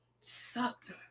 sucked